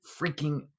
freaking